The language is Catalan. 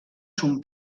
son